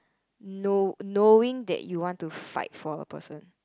know knowing that you want to fight for a person